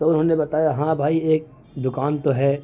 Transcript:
تو انہوں نے بتایا ہاں بھائی ایک دوکان تو ہے